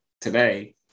today